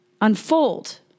unfold